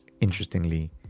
Interestingly